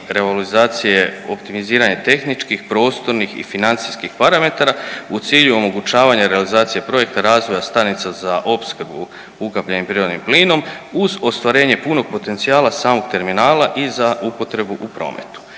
revalorizacije je optimiziranje tehničkih, prostornih i financijskih parametara u cilju omogućavanja realizacije projekta razvoja stanica za opskrbu ukapljenim prirodnim plinom uz ostvarenje punog potencijala samog terminala i za upotrebu u prometu.